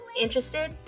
Interested